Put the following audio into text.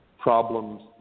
problems